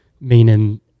meaning